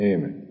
Amen